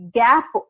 gap